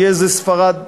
תהא זאת ספרד,